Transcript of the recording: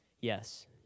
Yes